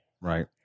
right